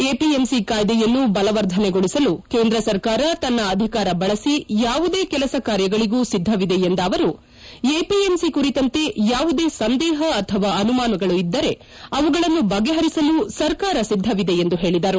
APMC ಕಾಯ್ಲೆಯನ್ನು ಬಲವರ್ಧನೆಗೊಳಿಸಲು ಕೇಂದ್ರ ಸರ್ಕಾರ ತನ್ನ ಅಧಿಕಾರ ಬಳಸಿ ಯಾವುದೇ ಕೆಲಸ ಕಾರ್ಯಗಳಗೂ ಸಿದ್ದವಿದೆ ಎಂದ ಅವರು ಎಪಿಎಂಸಿ ಕುರಿತಂತೆ ಯಾವುದೇ ಸಂದೇಹ ಅಥವಾ ಅನುಮಾನಗಳು ಇದ್ದರೆ ಅವುಗಳನ್ನು ಬಗೆಹರಿಸಲು ಸರ್ಕಾರ ಸಿದ್ದವಿದೆ ಎಂದು ಹೇಳಿದರು